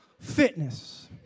Fitness